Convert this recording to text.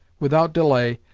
without delay,